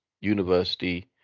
university